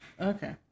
Okay